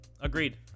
Agreed